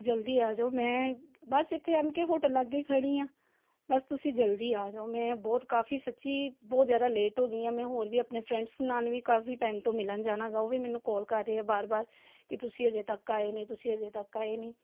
ਜਲਦੀ ਆ ਜਾਓ ਮੈਂ ਬਸ ਇੱਥੇ ਐਮ ਕੇ ਹੋਟਲ ਲਾਗੇ ਖੜ੍ਹੀ ਹਾਂ ਬਸ ਤੁਸੀਂ ਜਲਦੀ ਆ ਜਾਓ ਮੈਂ ਬਹੁਤ ਕਾਫੀ ਸੱਚੀ ਬਹੁਤ ਜ਼ਿਆਦਾ ਲੇਟ ਹੋ ਗਈ ਹਾਂ ਮੈਂ ਹੋਰ ਵੀ ਆਪਣੇ ਫਰੈਂਡਸ ਨਾਲ ਵੀ ਕਾਫੀ ਟਾਈਮ ਤੋਂ ਮਿਲਣ ਜਾਣਾਗਾ ਉਹ ਵੀ ਮੈਨੂੰ ਕੋਲ ਕਰ ਰਹੇ ਆ ਬਾਰ ਬਾਰ ਕਿ ਤੁਸੀਂ ਅਜੇ ਤੱਕ ਆਏ ਨੇ ਤੁਸੀਂ ਅਜੇ ਤੱਕ ਆਏ ਨਹੀਂ